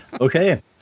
Okay